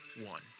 one